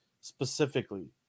specifically